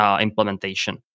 implementation